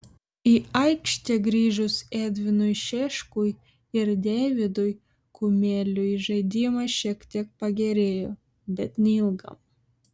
į aikštę grįžus edvinui šeškui ir deividui kumeliui žaidimas šiek tiek pagerėjo bet neilgam